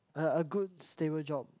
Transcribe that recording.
a good stable job